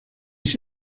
ich